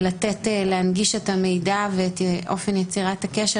ולתת להנגיש את המידע ואת אופן יצירת הקשר